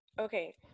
okay